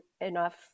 enough